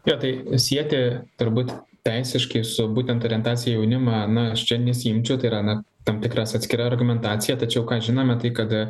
jo tai susieti turbūt teisiškai su būtent orientacija į jaunimą na čia nesiimčiau tai yra na tam tikras atskira argumentacija tačiau kad žinome tai kad